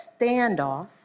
standoff